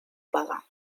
pagar